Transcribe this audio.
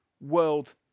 world